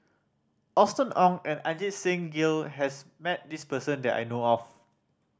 Austen Ong and Ajit Singh Gill has met this person that I know of